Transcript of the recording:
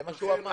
זה מה שהוא אמר.